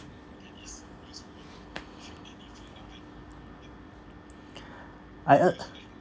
I earn